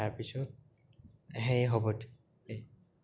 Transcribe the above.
তাৰপিছত সেই হ'ব দে